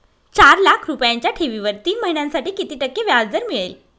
चार लाख रुपयांच्या ठेवीवर तीन महिन्यांसाठी किती टक्के व्याजदर मिळेल?